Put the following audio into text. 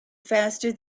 faster